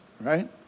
right